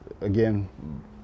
again